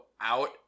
out